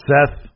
Seth